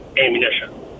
ammunition